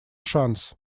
шанс